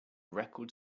record